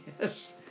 yes